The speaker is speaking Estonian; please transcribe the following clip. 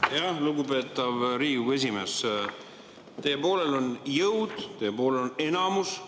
kohta. Lugupeetav Riigikogu esimees! Teie poolel on jõud, teie poolel on enamus